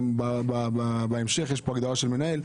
גם בהמשך יש הגדרה של מנהל,